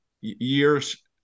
years